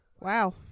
wow